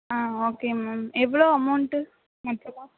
ஆ okay ma'am எவ்வளோ amount மொத்தமாக